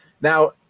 Now